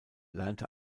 lernte